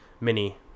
Mini